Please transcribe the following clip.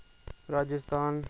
Rajasthan